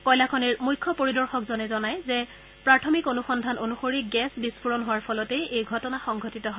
কয়লা খনিৰ মুখ্য পৰিদৰ্শকজনে কয় যে প্ৰাথমিক অনুসন্ধান অনুসৰি গেছ বিস্ফোৰণ হোৱাৰ ফলতেই এই ঘটনা সংঘটিত হয়